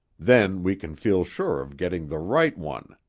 then we can feel sure of getting the right one.